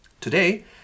Today